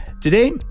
Today